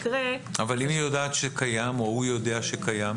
אבל אם היא יודעת שקיים או הוא יודע שקיים?